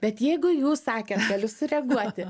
bet jeigu jūs sakėt galiu sureaguoti